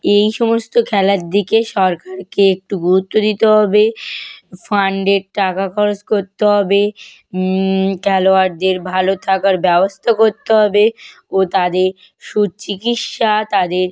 এই সমস্ত খেলার দিকে সরকারকে একটু গুরুত্ব দিতে হবে ফান্ডের টাকা খরচ করতে হবে খেলোয়াড়দের ভালো থাকার ব্যবস্থা করতে হবে ও তাদের সুচিকিৎসা তাদের